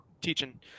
teaching